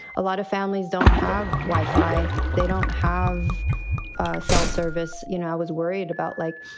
a lot of families don't have wi-fi. they don't have cell service. you know, i was worried about, like,